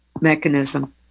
mechanism